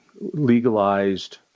legalized